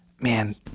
man